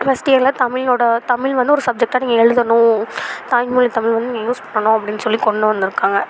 first இயரில் தமிழோட தமிழ் வந்து ஒரு சப்ஜெக்ட்டாக நீங்கள் எழுதணும் தாய்மொழி தமிழ் வந்து நீங்கள் யூஸ் பண்ணணும் அப்படின்னு சொல்லி கொண்டு வந்துருக்காங்க